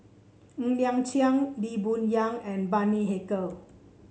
Ng Liang Chiang Lee Boon Yang and Bani Haykal